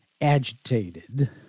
agitated